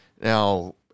Now